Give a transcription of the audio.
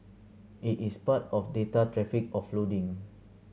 it is part of data traffic offloading